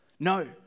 No